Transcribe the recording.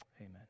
amen